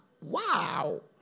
Wow